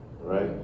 right